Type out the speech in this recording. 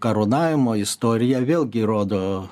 karūnavimo istorija vėlgi rodo